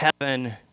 heaven